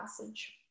passage